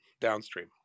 downstream